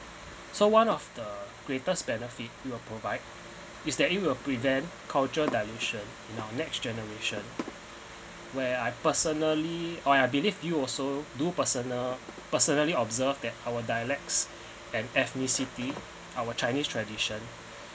so one of the greatest benefit you are provide is that you will prevent culture dilution in our next generation where I personally or I believe you also do personal personally observe that our dialects and ethnicity our chinese tradition